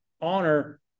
honor